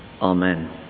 Amen